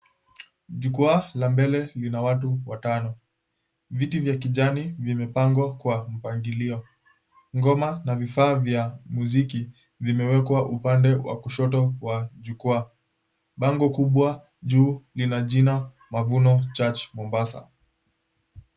Jukwaa la mbele lina watu watano. Viti vya kijani vimepangwa kwa mpangilio. Ngoma na vifaa vya muziki vimewekwa upande wa kushoto wa jukwaa. Bango kubwa juu lina jina, Mavuno Church Mombasa.